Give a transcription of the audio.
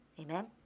Amen